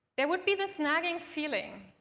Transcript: there would be this nagging feeling.